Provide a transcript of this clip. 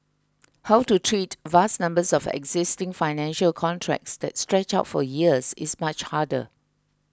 how to treat vast numbers of existing financial contracts that stretch out for years is much harder